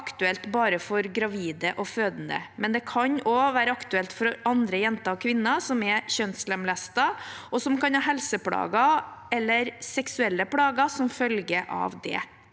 er ikke aktuelt for bare gravide og fødende, men kan også være aktuelt for andre jenter og kvinner som er kjønnslemlestet og kan ha helseplager eller seksuelle plager som følge av det.